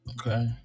Okay